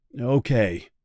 Okay